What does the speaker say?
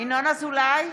ינון אזולאי,